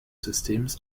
systems